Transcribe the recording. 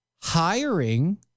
hiring